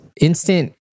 instant